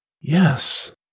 Yes